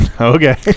Okay